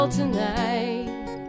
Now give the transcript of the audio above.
tonight